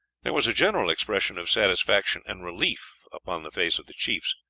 there was a general expression of satisfaction and relief upon the face of the chiefs,